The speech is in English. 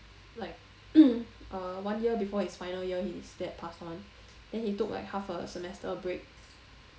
like uh one year before his final year his dad passed on then he took like half a semester break